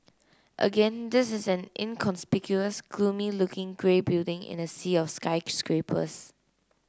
again this is an inconspicuous gloomy looking grey building in a sea of skyscrapers